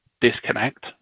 disconnect